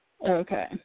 Okay